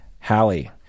Hallie